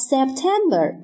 September